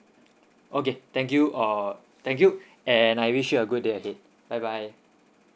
okay thank you err thank you and I wish you a good ahead bye bye